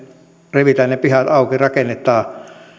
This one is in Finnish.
revitään ne pihat auki rakennetaan